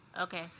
Okay